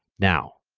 now,